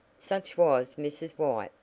such was mrs. white,